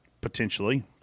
potentially